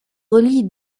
relie